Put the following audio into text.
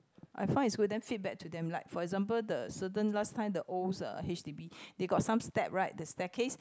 I find it's good then feedback to them like for example the certain last time the old h_d_b they got some step right the staircase